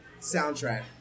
soundtrack